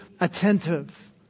attentive